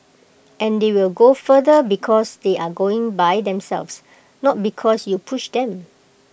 and they will go further because they are going by themselves not because you pushed them